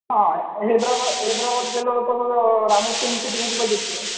हां हैदराबाद हैदराबाद गेलो होतो मग रामो फिल्म सिटीमध्ये बघितलं